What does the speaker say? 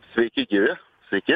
sveiki gyvi sveiki